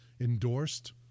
endorsed